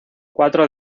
cuatro